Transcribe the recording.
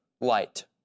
light